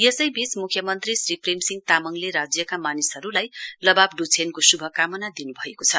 यसैबीच मुख्यमन्त्री श्री प्रेमसिंह तामाङले राज्यका मानिसहरूलाई लबाब डुछेनको शुभकामना दिनु भएको छ